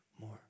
More